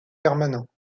permanents